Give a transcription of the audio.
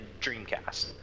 Dreamcast